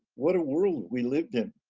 what a world we lived in.